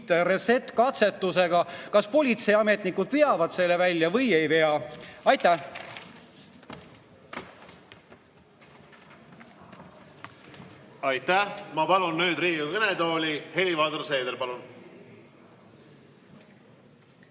reset-i katsetusega? Kas politseiametnikud veavad selle välja või ei vea? Aitäh! Aitäh! Ma palun nüüd Riigikogu kõnetooli Helir-Valdor Seederi. Palun!